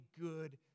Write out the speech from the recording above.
good